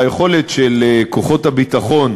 והיכולת של כוחות הביטחון